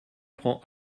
prends